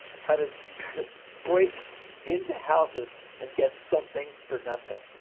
how to break into houses, and get something for nothing.